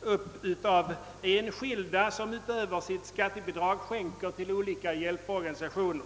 upp av enskilda, som utöver sitt skattebidrag skänker pengar till olika hjälporganisationer.